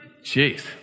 Jeez